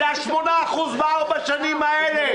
זה 8% בארבע השנים האלה,